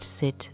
sit